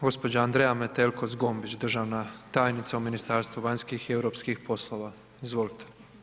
Gđa. Andreja Metelko Zgombić, državna tajnica u Ministarstvu vanjskih i europskih poslova, izvolite.